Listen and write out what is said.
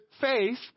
faith